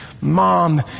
Mom